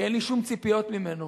כי אין לי שום ציפיות ממנו,